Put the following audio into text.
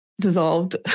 dissolved